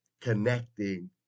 connecting